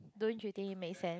don't you think it make sense